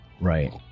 Right